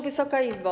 Wysoka Izbo!